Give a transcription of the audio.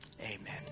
amen